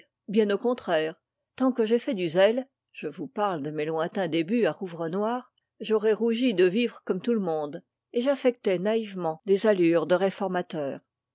bien au contraire tant que j'ai fait du zèle je vous parle de mes lointains débuts à rouvrenoir j'aurais rougi de vivre comme tout le monde et j'affectais naïvement des allures de réformateur